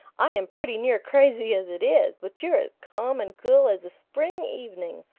i am pretty near crazy as it is, but you're as calm and cool as a spring evening.